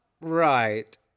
Right